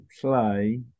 play